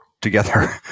together